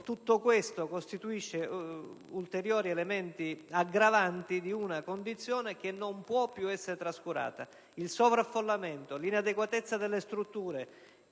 Tutto ciò costituisce un ulteriore elemento aggravante di una condizione che non può più essere trascurata. Il sovraffollamento, l'inadeguatezza delle strutture,